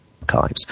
archives